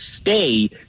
stay